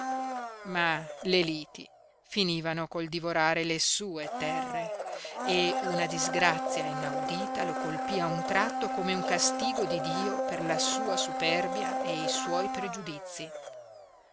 ma le liti finivano col divorare le sue terre e una disgrazia inaudita lo colpí a un tratto come un castigo di dio per la sua superbia e i suoi pregiudizi